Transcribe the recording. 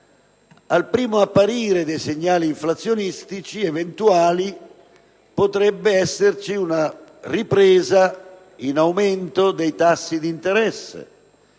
al primo apparire di eventuali segnali inflazionistici potrebbe esserci una ripresa in aumento dei tassi di interesse.